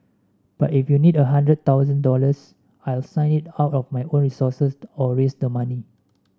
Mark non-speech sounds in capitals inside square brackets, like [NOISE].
but if you need a hundred thousand dollars I'll sign it out of my own resources [UNINTELLIGIBLE] or raise the money